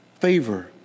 favor